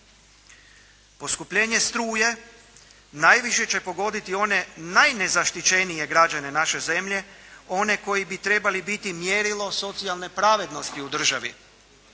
Poskupljenje struje najviše će pogoditi one najnezaštićenije građane naše zemlje, one koji bi trebali biti mjerilo socijalne pravednosti u državi,